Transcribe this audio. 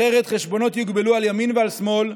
אחרת חשבונות יוגבלו על ימין ועל שמאל,